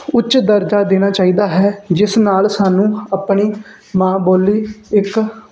ਉੱਚ ਦਰਜਾ ਦੇਣਾ ਚਾਹੀਦਾ ਹੈ ਜਿਸ ਨਾਲ ਸਾਨੂੰ ਆਪਣੀ ਮਾਂ ਬੋਲੀ ਇੱਕ